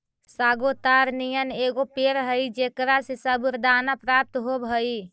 sago ताड़ नियन एगो पेड़ हई जेकरा से सबूरदाना प्राप्त होब हई